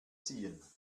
ziehen